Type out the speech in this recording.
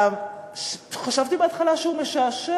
חשבתי בהתחלה שהוא משעשע,